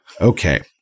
Okay